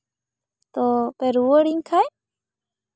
ᱛᱳ ᱯᱮ ᱨᱩᱣᱟᱹᱲ ᱤᱧ ᱠᱷᱟᱡ